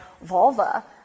vulva